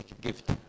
gift